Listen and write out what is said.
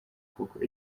koko